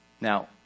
Now